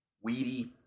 Weedy